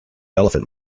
elephant